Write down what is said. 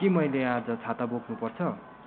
के मैले आज छाता बोक्नुपर्छ